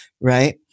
right